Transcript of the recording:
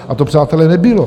A to, přátelé, nebylo.